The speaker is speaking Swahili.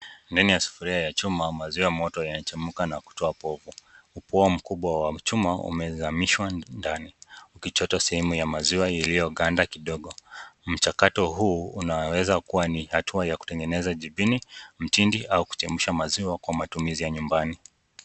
Ndani ya sufuria ya chuma maziwa ya moto yanachemka na kutoa povu. Upua mkubwa wa chuma umezamishwa ndani. Ukichota sehemu ya maziwa yaliyoganda kidogo. Mchakato huu unaweza kuwa ni hatua ya kutengeneza jibini, mtindi au kuchemsha maziwa kwa matumizi ya nyumbani.